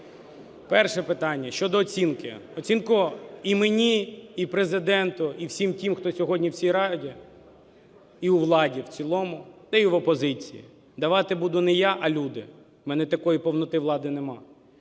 Перше питання – щодо оцінки. Оцінку і мені, і Президенту, і всім тим, хто сьогодні в цій Раді і у владі в цілому, та і в опозиції, давати буду не я, а люди. В мене такої повноти влади нема.